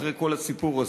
אחרי כל הסיפור הזה.